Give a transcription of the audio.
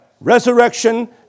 resurrection